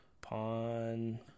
Pawn